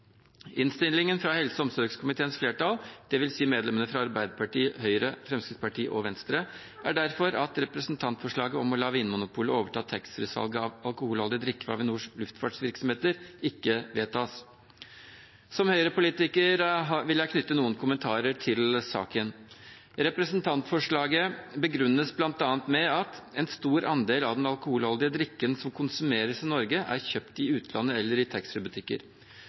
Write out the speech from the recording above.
Innstillingen fra helse- og omsorgskomiteens flertall, dvs. medlemmene fra Arbeiderpartiet, Høyre, Fremskrittspartiet og Venstre, er derfor at representantforslaget om å la Vinmonopolet overta taxfree-salget av alkoholholdig drikke ved Avinors luftfartsvirksomheter ikke vedtas. Som Høyre-politiker vil jeg knytte noen kommentarer til saken. Representantforslaget begrunnes bl.a. med at en stor andel av den alkoholholdige drikken som konsumeres i Norge, er kjøpt i utlandet eller i